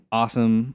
awesome